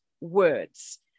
words